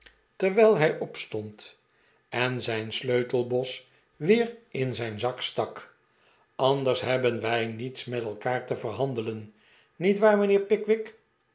terwijl hij opstond en zijn sleutelbos weer in zijn zak stak anders hebben wij niets met elkaar te verhandelen niet waar mijnheer